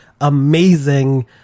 amazing